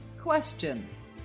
questions